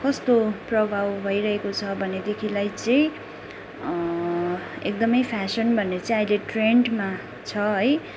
कस्तो प्रभाव भइरहेको छ भनेदेखिलाई चाहिँ एकदमै फेसन भन्ने चाहिँ अहिले ट्रेन्डमा छ है